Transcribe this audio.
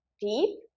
deep